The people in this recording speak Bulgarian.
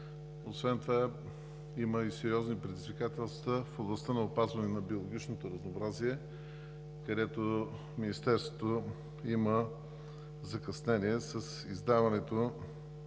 Освен това има и сериозни предизвикателства в областта на опазване на биологичното разнообразие, където Министерството има закъснение – неиздаването